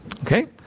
Okay